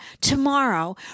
tomorrow